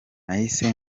nahise